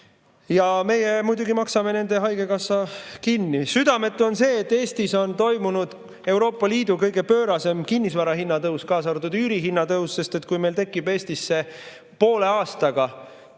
Ja meie muidugi maksame nende haigekassa kinni. Südametu on see, et Eestis on toimunud Euroopa Liidu kõige pöörasem kinnisvara hinna tõus, kaasa arvatud üürihinna tõus, sest kui meil tekib Eestisse poole aastaga